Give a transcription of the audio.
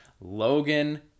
Logan